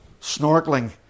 snorkeling